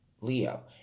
Leo